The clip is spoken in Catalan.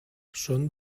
són